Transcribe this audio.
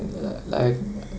like